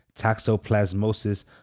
toxoplasmosis